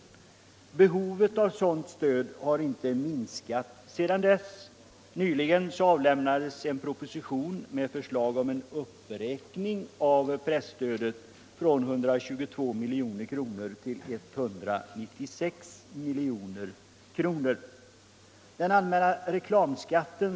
Behovet av sådant stöd har inte minskat sedan dess. Nyligen avlämnades en proposition med förslag om uppräkning av presstödet från 122 milj.kr. till 196 milj.kr. Den allmänna reklamskatten.